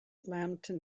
lambton